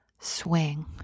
swing